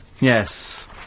Yes